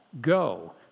go